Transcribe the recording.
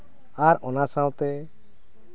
ᱟᱨ ᱚᱱᱟ ᱥᱟᱶᱛᱮ